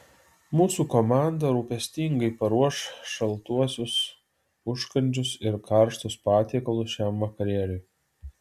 mūsų komanda rūpestingai paruoš šaltuosius užkandžius ir karštus patiekalus šiam vakarėliui